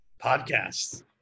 Podcasts